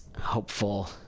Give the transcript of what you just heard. hopeful